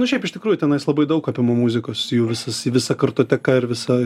nu šiaip iš tikrųjų tenais labai daug apima muzikos jų visas visa kartoteka ir visa